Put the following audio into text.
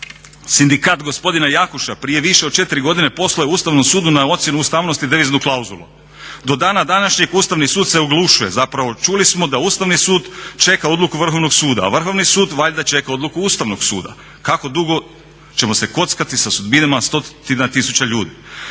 Sindikat gospodina Jakuša prije više od četiri godine poslao je Ustavnom sudu na ocjenu ustavnosti deviznu klauzulu. Do dana današnjeg Ustavni sud se oglušuje. Zapravo čuli smo da Ustavni sud čeka odluku Vrhovnog suda, a Vrhovni sud valjda čeka odluku Ustavnog suda. Kako dugo ćemo se kockati sa sudbinama stotina tisuća